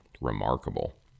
remarkable